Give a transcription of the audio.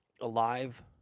alive